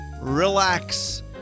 relax